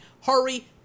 Hurry